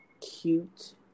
cute